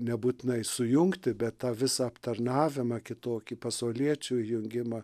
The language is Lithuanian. nebūtinai sujungti be tą visą aptarnavimą kitokį pasauliečių jungimą